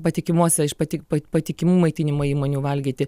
patikimuose iš pati pat patikimų maitinimo įmonių valgyti